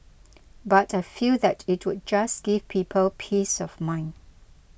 but I feel that it would just give people peace of mind